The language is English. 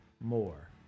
more